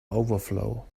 overflow